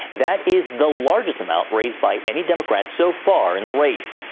that is the largest amount raised by any democrat so far in the race.